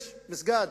יש מסגד